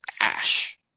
Ash